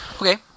Okay